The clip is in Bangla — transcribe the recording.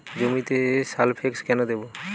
জমিতে সালফেক্স কেন দেবো?